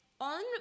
on